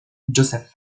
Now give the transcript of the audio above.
joseph